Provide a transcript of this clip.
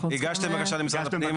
אנחנו צריכים --- הגשתם בקשה למשרד הפנים?